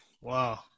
Wow